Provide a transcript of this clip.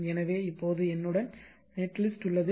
எனவே இப்போது என்னுடன் நெட்லிஸ்ட் உள்ளது